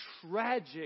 tragic